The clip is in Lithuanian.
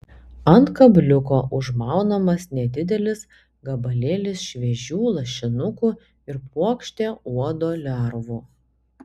ant kabliuko užmaunamas nedidelis gabalėlis šviežių lašinukų ir puokštė uodo lervų